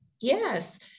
Yes